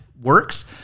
works